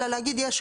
אלא להגיד יש קושי.